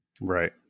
Right